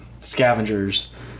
scavengers